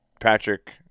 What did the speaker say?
Patrick